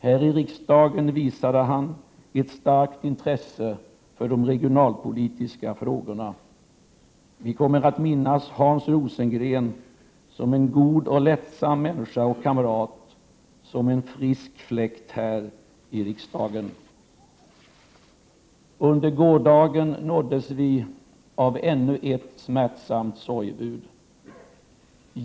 Här i riksdagen visade han ett starkt intresse för de regionalpolitiska frågorna. Vi kommer att minnas Hans Rosengren som en god och lättsam människa och kamrat — som en frisk fläkt här i riksdagen. Under gårdagen nåddes vi av ännu ett smärtsamt sorgebud.